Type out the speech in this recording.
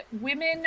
women